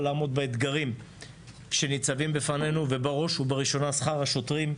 לעמוד באתגרים שניצבים בפנינו ובראש ובראשונה שכר השוטרים,